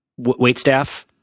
waitstaff